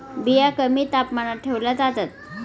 बिया कमी तापमानात ठेवल्या जातात